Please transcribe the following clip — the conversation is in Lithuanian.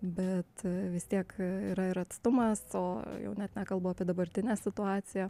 bet vis tiek yra ir atstumas o jau net nekalbu apie dabartinę situaciją